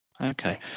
Okay